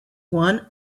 one